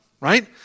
right